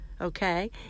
Okay